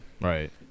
Right